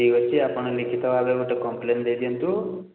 ଠିକ୍ ଅଛି ଆପଣ ଲିଖିତ ଭାବେ ଗୋଟେ କମ୍ପ୍ଲେନ୍ ଦେଇ ଦିଅନ୍ତୁ